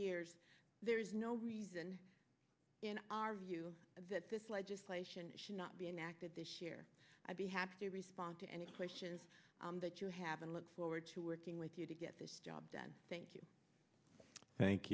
years there's no reason in our view that this legislation should not be enacted this year i'd be happy to respond to any questions that you have and look forward to working with you to get this job done thank you thank